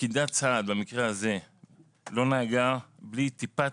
פקידת הסעד במקרה הזה לא נהגה, בלי טיפה